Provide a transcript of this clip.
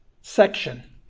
section